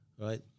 right